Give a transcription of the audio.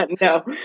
No